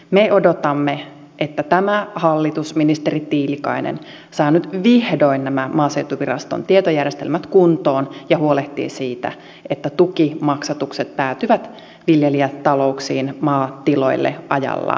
me odotamme että tämä hallitus ministeri tiilikainen saa nyt vihdoin nämä maaseutuviraston tietojärjestelmät kuntoon ja huolehtii siitä että tukimaksatukset päätyvät viljelijätalouksiin maatiloille ajallaan